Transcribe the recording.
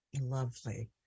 Lovely